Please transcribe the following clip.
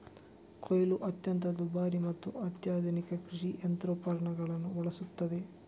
ಕೊಯ್ಲು ಅತ್ಯಂತ ದುಬಾರಿ ಮತ್ತು ಅತ್ಯಾಧುನಿಕ ಕೃಷಿ ಯಂತ್ರೋಪಕರಣಗಳನ್ನು ಬಳಸುತ್ತದೆ